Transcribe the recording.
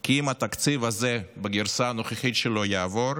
כי אם התקציב הזה בגרסה הנוכחית שלו יעבור,